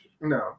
No